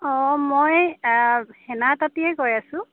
অ মই হেনা তাঁতীয়ে কৈ আছোঁ